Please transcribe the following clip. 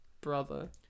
brother